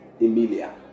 Emilia